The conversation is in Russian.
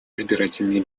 избирательные